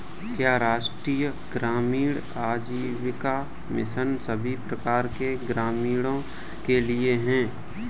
क्या राष्ट्रीय ग्रामीण आजीविका मिशन सभी प्रकार के ग्रामीणों के लिए है?